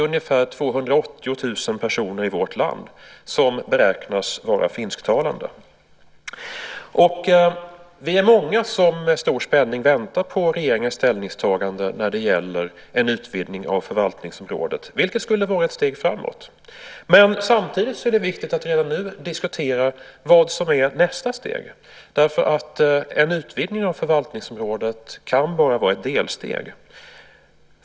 Ungefär 280 000 personer i vårt land beräknas vara finsktalande. Vi är många som med stor spänning väntar på regeringens ställningstagande när det gäller en utvidgning av förvaltningsområdet, vilket skulle vara ett steg framåt. Men samtidigt är det viktigt att redan nu diskutera vad som är nästa steg. En utvidgning av förvaltningsområdet kan bara vara ett delsteg.